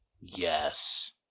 Yes